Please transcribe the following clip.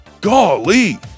Golly